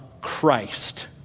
Christ